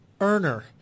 earner